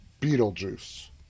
Beetlejuice